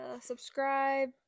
subscribe